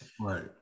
Right